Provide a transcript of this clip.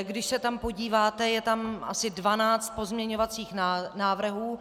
Když se tam podíváte, je tam asi dvanáct pozměňovacích návrhů.